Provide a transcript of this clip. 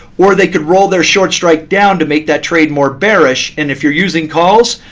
or they could roll their short strike down to make that trade more bearish. and if you're using calls,